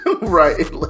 Right